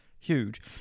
Huge